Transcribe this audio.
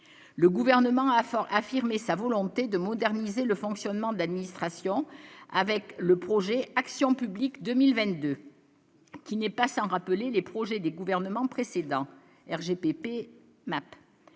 le gouvernement a fort affirmé sa volonté de moderniser le fonctionnement de l'administration avec le projet action publique 2022, qui n'est pas sans rappeler les projets des gouvernements précédents RGPP MAP,